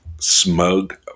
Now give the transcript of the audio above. smug